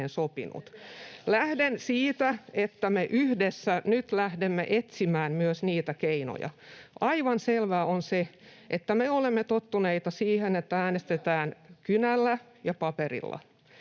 Lähden siitä, että me yhdessä nyt lähdemme etsimään myös niitä keinoja. [Mika Niikko: Te olette myöhässä!] Aivan selvää on se, että me olemme tottuneita siihen, että äänestetään kynällä ja paperilla,